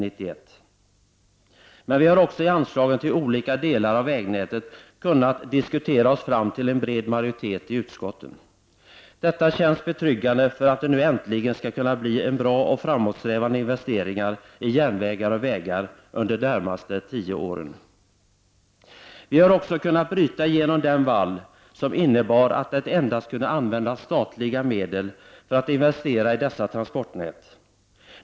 Men vi har också när det gäller anslagen till olika delar av vägnätet kunnat diskutera oss fram till en bred majoritet i utskottet. Detta känns betryggande och borgar för att det nu äntligen skall kunna skapas bra investeringar i järnvägar och vägar under de närmaste tio åren. Vi har också kunnat bryta igenom den vall som innebar att det endast kunde användas statliga medel för att investera i dessa transportnät.